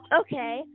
okay